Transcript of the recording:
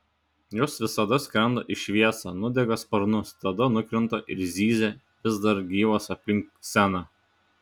jos visada skrenda į šviesą nudega sparnus tada nukrinta ir zyzia vis dar gyvos aplink sceną